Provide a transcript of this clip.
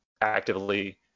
actively